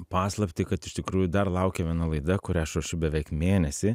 paslaptį kad iš tikrųjų dar laukia viena laida kurią aš rašau beveik mėnesį